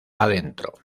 adentro